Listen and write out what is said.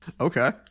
Okay